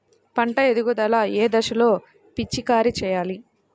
పంట ఎదుగుదల ఏ దశలో పిచికారీ చేయాలి?